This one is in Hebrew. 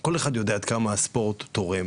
שכל אחד יודע עד כמה הספורט תורם,